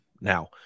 Now